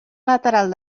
lateral